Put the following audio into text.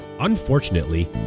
Unfortunately